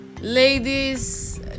ladies